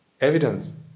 evidence